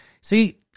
See